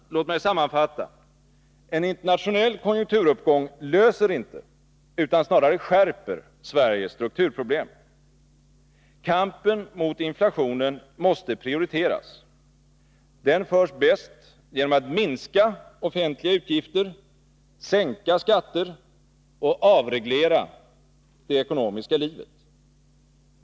Låt mig sammanfatta: En internationell konjunkturuppgång löser inte utan snarare skärper Sveriges strukturproblem. Kampen mot inflationen måste prioriteras. Den för man bäst genom att minska offentliga utgifter, sänka skatter och avreglera det ekonomiska livet.